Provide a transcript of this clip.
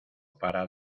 para